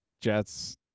Jets